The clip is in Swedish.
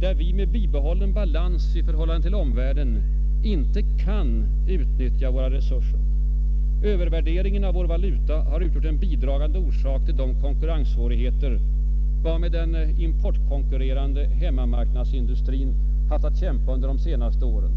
där vi med bibehållen balans i förhållande till omvärlden inte kan utnyttja våra resurser. Övervärderingen av vår valuta har utgjort en bidragande orsak till de konkurrenssvårigheter varmed den importkonkurrerande hemmamarknadsindustrin haft att kämpa de senaste åren.